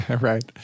Right